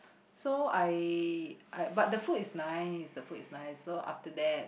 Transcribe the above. so I I but the food is nice the food is nice so after that